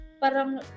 parang